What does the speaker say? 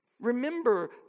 Remember